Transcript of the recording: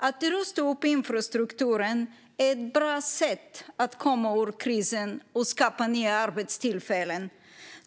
Att rusta upp infrastrukturen är ett bra sätt att komma ur krisen och skapa nya arbetstillfällen.